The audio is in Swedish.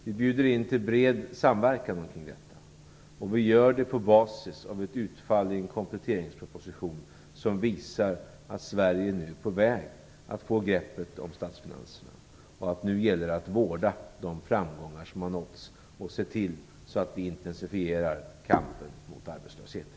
Vi bjuder in till bred samverkan kring detta, och vi gör det på basis av ett utfall i en kompletteringsproposition som visar att Sverige nu är på väg att få grepp om statsfinanserna. Det gäller nu att vårda de framgångar som har nåtts och att se till att vi intensifierar kampen mot arbetslösheten.